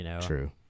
True